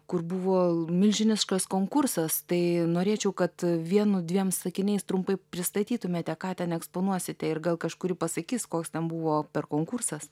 kur buvo milžiniškas konkursas tai norėčiau kad vienu dviem sakiniais trumpai pristatytumėte ką ten eksponuosite ir gal kažkuri pasakys koks ten buvo per konkursas